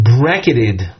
bracketed